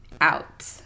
Out